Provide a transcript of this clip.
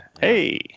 Hey